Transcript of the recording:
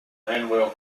manuel